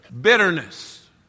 Bitterness